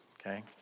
okay